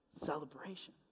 celebration